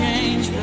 Change